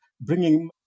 bringing